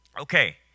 Okay